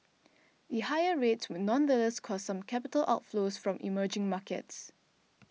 the higher rates would nonetheless cause some capital outflows from emerging markets